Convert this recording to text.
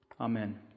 Amen